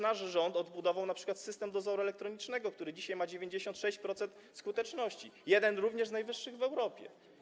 Nasz rząd odbudował np. system dozoru elektronicznego, który dzisiaj ma 96-procentową skuteczność, również jedną z najwyższych w Europie.